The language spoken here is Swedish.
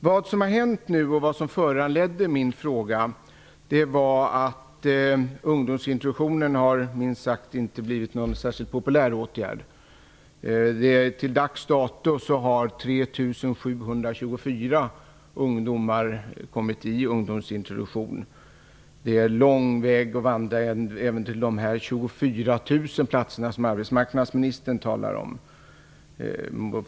Vad som har hänt nu och som har föranlett min fråga är att ungdomsintroduktionen knappast har blivit någon populär åtgärd. Till dags dato har 3 724 ungdomar kommit i ungdomsintroduktion. Det är lång väg att vandra även till de 24 000 platserna som arbetsmarknadsministern talar om.